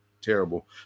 terrible